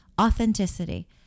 Authenticity